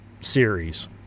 series